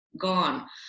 gone